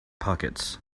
pockets